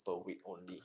per week only